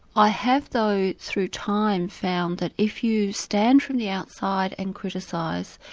i have though through time found that if you stand from the outside and criticise,